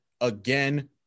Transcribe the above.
again